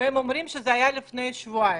והם אומרים שזה היה לפני שבועיים.